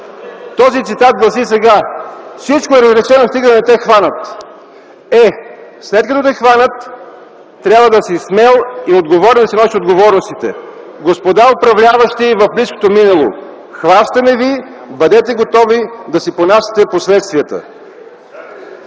този цитат гласи сега: „Всичко е разрешено, стига да не те хванат.” Е, след като те хванат, трябва да си смел и отговорен да си носиш отговорностите. Господа управляващи в близкото минало, хващаме ви, бъдете готови да си понасяте последствията!